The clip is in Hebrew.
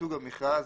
סוג המכרז,